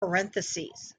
parentheses